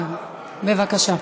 בבקשה.